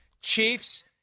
Chiefs